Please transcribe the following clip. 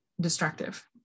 destructive